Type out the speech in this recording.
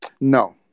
No